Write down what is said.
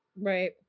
Right